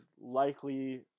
likely